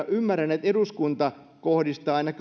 ymmärrän että eduskunta kohdistaa aina